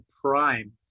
prime